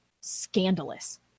scandalous